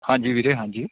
ਹਾਂਜੀ ਵੀਰੇ ਹਾਂਜੀ